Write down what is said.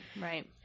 right